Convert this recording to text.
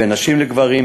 בין נשים לגברים,